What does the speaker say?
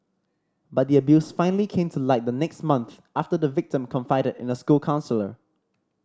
but the abuse finally came to light the next month after the victim confided in a school counsellor